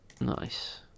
Nice